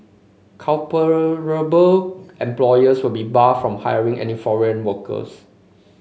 culpable employers will be barred from hiring any foreign workers